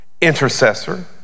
intercessor